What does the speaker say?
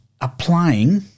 applying